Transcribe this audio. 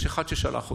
יש אחד ששלח אותו,